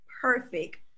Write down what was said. perfect